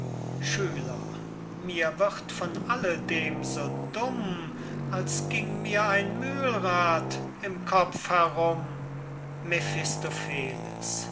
schüler mir wird von alle dem so dumm als ging mir ein mühlrad im kopf herum